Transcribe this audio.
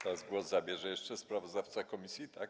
Teraz głos zabierze jeszcze sprawozdawca komisji, tak?